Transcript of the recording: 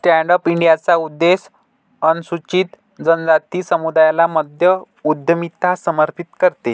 stand up इंडियाचा उद्देश अनुसूचित जनजाति समुदायाला मध्य उद्यमिता समर्थित करते